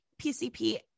PCP